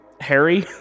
Harry